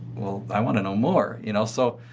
well i want to know more. you know. so,